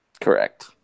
Correct